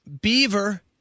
Beaver